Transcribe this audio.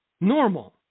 Normal